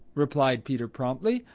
replied peter promptly,